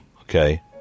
okay